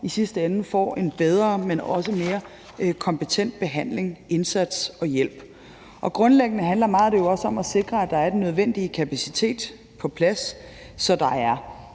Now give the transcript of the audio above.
i sidste ende får en bedre, men også mere kompetent behandling, indsats og hjælp. Grundlæggende handler meget af det jo om at sikre, at der er den nødvendige kapacitet på plads, så der er